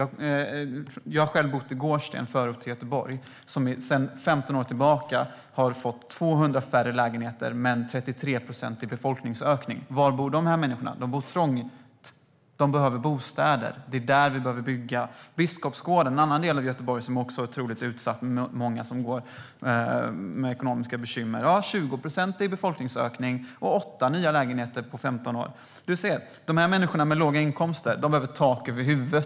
Jag har själv bott i Gårdsten, en förort till Göteborg. Den har sedan 15 år tillbaka fått 200 färre lägenheter men en 33-procentig befolkningsökning. Var bor dessa människor? De bor trångt, och de behöver bostäder. Det är där vi behöver bygga. Biskopsgården är en annan del av Göteborg som också är otroligt utsatt med många som har ekonomiska bekymmer. Det har varit en 20-procentig befolkningsökning och åtta nya lägenheter på 15 år. Dessa människor med låga inkomster behöver tak över huvudet.